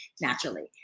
naturally